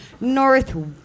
North